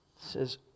says